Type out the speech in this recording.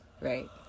right